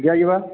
ଦିଆଯିବା